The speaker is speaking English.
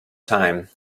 time